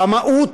במהות,